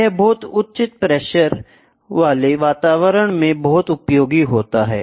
यह बहुत उच्च प्रेशर वाले वातावरण में बहुत उपयोगी होते हैं